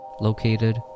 located